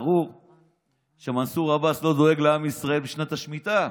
ברור שמנסור עבאס לא דואג לעם ישראל בשנת השמיטה.